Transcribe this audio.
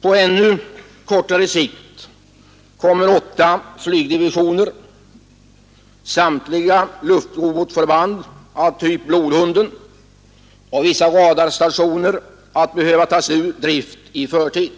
På ännu kortare tid kommer åtta flygdivisioner, samtliga luftrobotförband av typ Blodhunden och vissa radarstationer att behöva tas ur drift i förtid.